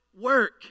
work